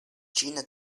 jena